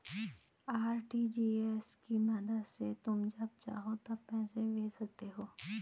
RTGS की मदद से तुम जब चाहो तब पैसे भेज सकते हो